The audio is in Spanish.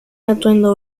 atuendo